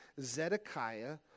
Zedekiah